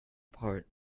part